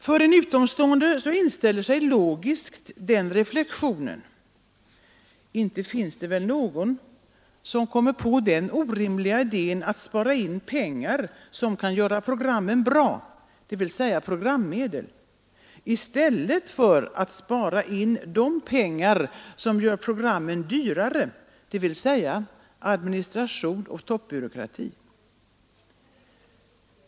För en utomstående inställer sig logiskt den reflexionen: Inte finns det väl någon som kommer på den orimliga idén att spara in på de pengar som kan göra programmen bra, dvs. programmedlen, i stället för att spara in på de pengar som gör programmen dyrare, dvs. kostnaderna för administration och toppbyråkrati?